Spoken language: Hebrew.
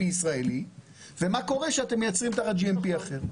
הישראלי ומה קורה כשאתם מייצרים תחת GMP אחר.